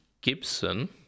Gibson